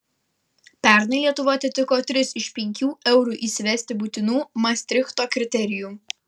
pernai lietuva atitiko tris iš penkių eurui įsivesti būtinų mastrichto kriterijų